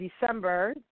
December